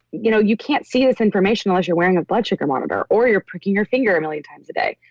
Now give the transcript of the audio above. you know you can't see this information as you're wearing a blood sugar monitor or you're pricking your finger a million times a day.